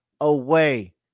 away